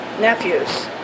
nephews